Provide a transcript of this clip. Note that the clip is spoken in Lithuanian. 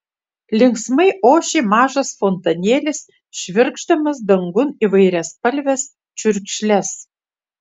linksmai ošė mažas fontanėlis švirkšdamas dangun įvairiaspalves čiurkšles